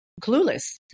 clueless